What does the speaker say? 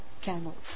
camels